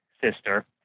sister